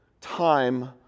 time